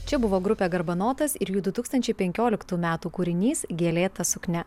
čia buvo grupė garbanotas ir jų du tūkstančiai penkioliktų metų kūrinys gėlėta suknia